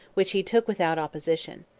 which he took without opposition.